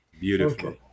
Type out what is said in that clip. Beautiful